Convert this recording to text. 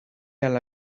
ala